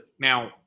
now